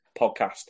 podcast